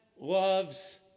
loves